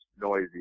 noisy